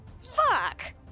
Fuck